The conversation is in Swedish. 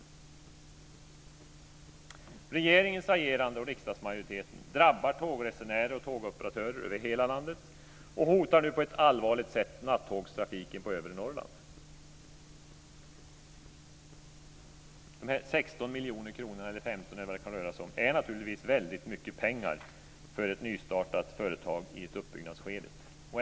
Regeringens och riksdagsmajoritetens agerande drabbar tågresenärer och tågoperatörer över hela landet och hotar nu på ett allvarligt sätt nattågstrafiken på övre Norrland. De 15 eller 16 miljoner kronorna, eller vad det kan röra sig om, är naturligtvis väldigt mycket pengar för ett nystartat företag i ett uppbyggnadsskede.